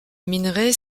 minerais